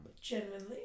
genuinely